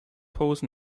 pose